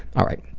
alright,